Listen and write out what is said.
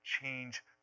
change